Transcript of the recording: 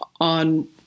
on